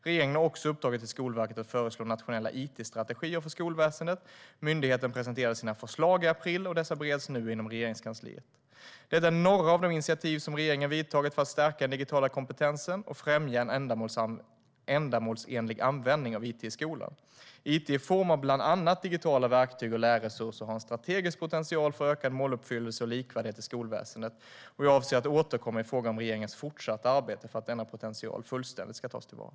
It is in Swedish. Regeringen har också uppdragit till Skolverket att föreslå nationella it-strategier för skolväsendet. Myndigheten presenterade sina förslag i april, och dessa bereds nu inom Regeringskansliet. Detta är några av de initiativ som regeringen vidtagit för att stärka den digitala kompetensen och främja en ändamålsenlig användning av it i skolan. It i form av bland annat digitala verktyg och lärresurser har en strategisk potential för ökad måluppfyllelse och likvärdighet i skolväsendet. Jag avser att återkomma i fråga om regeringens fortsatta arbete för att denna potential fullständigt ska tas till vara.